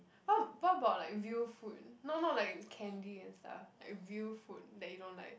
what what about like real food not not like the candy and stuff like real food that you don't like